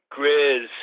Grizz